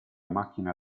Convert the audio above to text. macchina